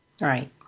Right